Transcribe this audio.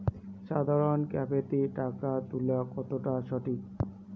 সাধারণ ক্যাফেতে টাকা তুলা কতটা সঠিক?